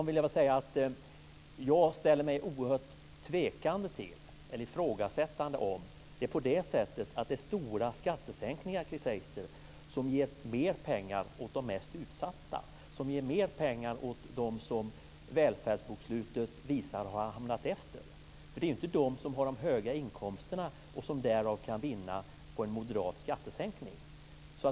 Vidare ifrågasätter jag verkligen om det är stora skattesänkningar, Chris Heister, som ger mer pengar åt de mest utsatta, som ger mer pengar åt dem som välfärdsbokslutet visar har hamnat efter. Men det är ju inte de som har de höga inkomsterna och som därmed kan vinna på en moderat skattesänkning.